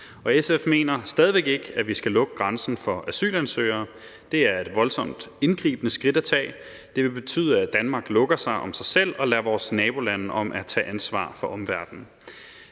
SF mener stadig væk ikke, at vi skal lukke grænsen for asylansøgere. Det er et voldsomt indgribende skridt at tage. Det vil betyde, at Danmark lukker sig om sig selv og lader vores nabolande om at tage ansvar for omverdenen.